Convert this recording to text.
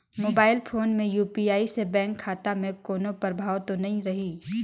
Mobile phone मे UPI से bank खाता मे कोनो प्रभाव तो नइ रही?